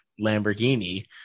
Lamborghini